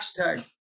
hashtag